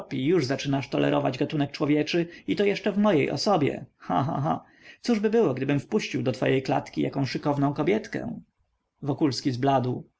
już zaczynasz tolerować gatunek człowieczy i to jeszcze w mojej osobie cha cha cha cóżby było gdyby wpuścić do twej klatki jaką szykowną kobietkę wokulski zbladł